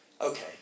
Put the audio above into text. Okay